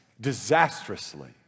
disastrously